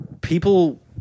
people